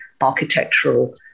architectural